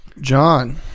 John